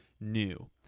new